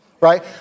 Right